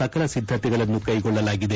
ಸಕಲ ಸಿದ್ದತೆಗಳನ್ನು ಕೈಗೊಳ್ಳಲಾಗಿದೆ